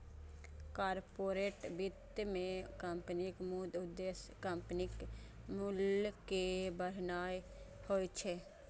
corporate वित्त मे कंपनीक मुख्य उद्देश्य कंपनीक मूल्य कें बढ़ेनाय होइ छै